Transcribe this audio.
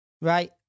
right